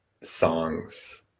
songs